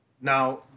Now